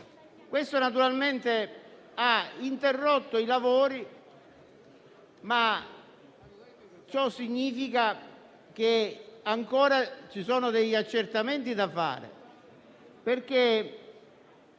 Questo, naturalmente, ha interrotto i lavori, ma ciò significa che ci sono ancora accertamenti da fare.